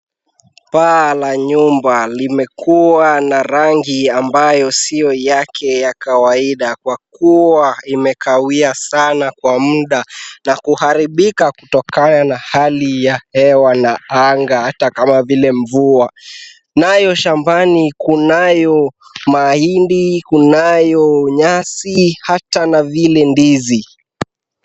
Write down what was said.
Paa la nyumba limekua na rangi ambayo sio yake ya kawaida kwa kua imekawia sana kwa muda na kuharibika kutokana na hali ya hewa na anga hata kama vile mvua. Nayo shambani kunayo mahindi, kunayo nyasi, hata na vile ndizi.